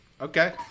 Okay